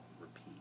repeat